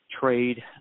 trade